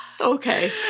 okay